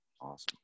Awesome